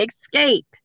Escape